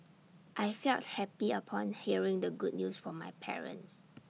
I felt happy upon hearing the good news from my parents